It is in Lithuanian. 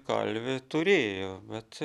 kalvę turėjo bet